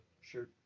Sure